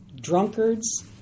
drunkards